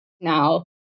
now